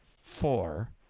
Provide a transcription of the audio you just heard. four